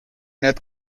need